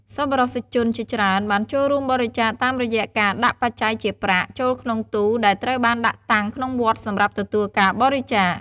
សប្បុរសជនជាច្រើនបានចូលរួមបរិច្ចាគតាមរយៈការដាក់បច្ច័យជាប្រាក់ ចូលក្នុងទូរដែលត្រូវបានដាក់តាំងក្នុងវត្តសម្រាប់ទទួលការបរិច្ចាគ។